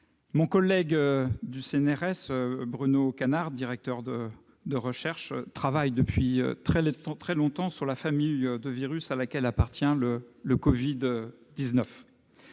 Mon collègue du CNRS Bruno Canard, directeur de recherche, travaille depuis très longtemps sur la famille de virus à laquelle appartient celui